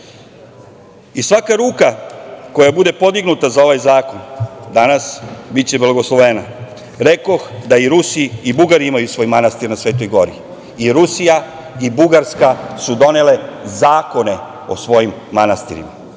Svaka ruka koja bude podignuta za ovaj zakon danas biće blagoslovena. Rekoh da i Rusi i Bugari imaju svoj manastir na Svetoj gori. I Rusija i Bugarska su donele zakone o svojim manastirima